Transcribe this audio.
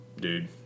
dude